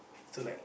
to like